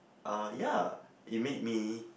uh ya it made me